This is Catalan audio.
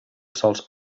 sols